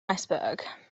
iceberg